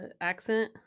accent